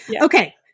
Okay